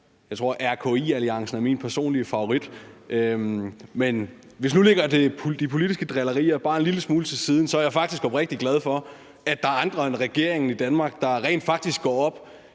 benævnelsen RKI-alliancen er min personlige favorit. Men hvis vi nu lægger de politiske drillerier bare en lille smule til side, er jeg faktisk oprigtig glad for, at der i Danmark er andre end regeringen, der rent faktisk går op